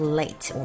late